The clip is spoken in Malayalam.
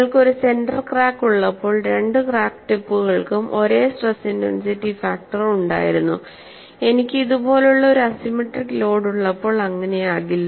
നിങ്ങൾക്ക് ഒരു സെന്റർ ക്രാക്ക് ഉള്ളപ്പോൾ രണ്ട് ക്രാക്ക് ടിപ്പുകൾക്കും ഒരേ സ്ട്രെസ് ഇന്റൻസിറ്റി ഫാക്ടർ ഉണ്ടായിരുന്നു എനിക്ക് ഇതുപോലുള്ള ഒരു അസിമെട്രിക് ലോഡ് ഉള്ളപ്പോൾ അങ്ങനെയാകില്ല